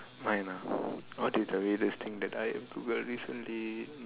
mine ah what is the weirdest thing that I have Googled recently